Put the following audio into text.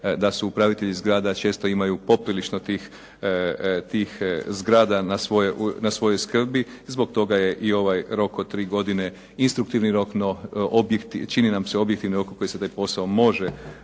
da su upravitelji zgrada često imaju poprilično tih zgrada na svojoj skrbi, zbog toga je i ovaj rok od 3 godine instruktivni rok no čini nam se objektivni rok u kojem se taj posao može